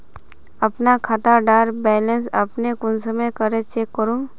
अपना खाता डार बैलेंस अपने कुंसम करे चेक करूम?